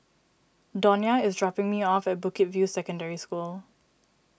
Donia is dropping me off at Bukit View Secondary School